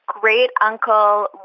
great-uncle